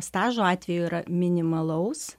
stažo atveju yra minimalaus